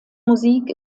musik